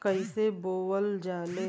कईसे बोवल जाले?